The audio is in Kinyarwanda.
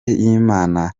y’imana